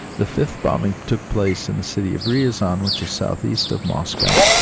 the fifth bombing took place in the city of ryazan which is south-east of moscow.